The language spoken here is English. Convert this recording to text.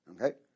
Okay